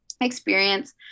experience